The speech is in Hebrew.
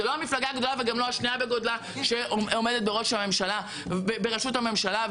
זו לא המפלגה הגדולה וגם לא השנייה בגודלה שעומדת בראשות הממשלה.